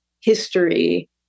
history